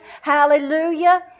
Hallelujah